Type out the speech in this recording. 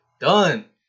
done